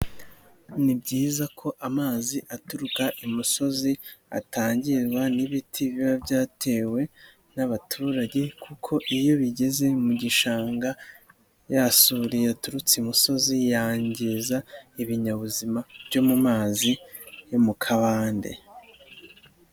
Ni byiza ko amazi aturuka i musozi atangirwa n'ibiti biba byatewe n'abaturage kuko iyo bigeze mu gishanga ya suri yaturutse i musozi yangiza ibinyabuzima byo mu mazi yo mu kabande.